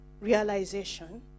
realization